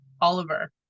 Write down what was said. Oliver